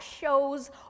shows